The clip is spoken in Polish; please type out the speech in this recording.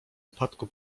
upadku